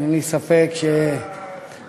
אין לי ספק שאת,